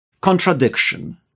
Contradiction